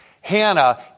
hannah